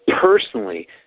personally